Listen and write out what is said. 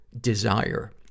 desire